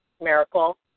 miracle